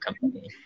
Company